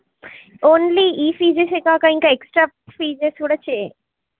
only ఈ fees ఏ కాక ఇంకా ఎక్స్ట్రా ఫీజస్ కూడా చేయి